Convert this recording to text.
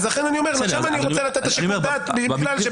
אז לכן אני אומר ששם אני רוצה לתת את שיקול הדעת כי יכולה